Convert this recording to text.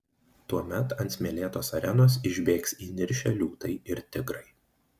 tuomet ant smėlėtos arenos išbėgs įniršę liūtai ir tigrai